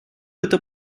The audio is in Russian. это